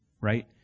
right